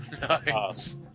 Nice